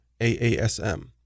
AASM